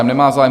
Nemá zájem.